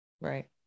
Right